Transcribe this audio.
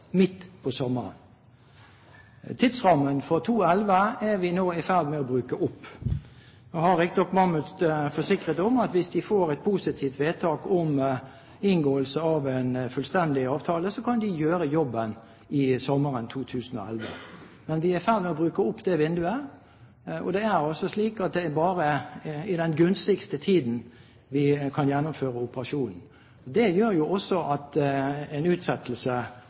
midt på sommeren. Tidsrammen for 2011 er vi nå i ferd med å bruke opp. Nå har riktignok Mammoet forsikret om at hvis de får et positivt vedtak om inngåelse av en fullstendig avtale, kan de gjøre jobben sommeren 2011. Men vi er i ferd med å bruke opp det vinduet. Det er altså slik at det bare er i den gunstigste tiden vi kan gjennomføre operasjonen. Det gjør jo også at en utsettelse